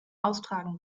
austragen